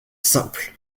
simple